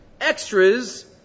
extras